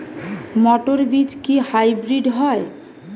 মটর বীজ কি হাইব্রিড হয়?